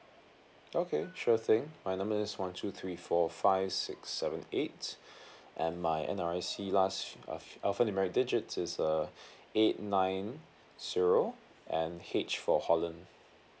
okay sure thing my number is one two three four five six seven eight and my N_R_I_C last uh alp~ alphanumeric digits is uh eight nine zero and H for holland